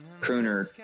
crooner